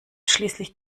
schließlich